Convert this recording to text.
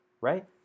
right